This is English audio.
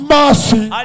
mercy